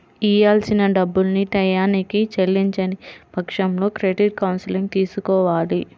ఇయ్యాల్సిన డబ్బుల్ని టైయ్యానికి చెల్లించని పక్షంలో క్రెడిట్ కౌన్సిలింగ్ తీసుకోవాలి